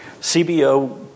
CBO